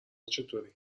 چطوری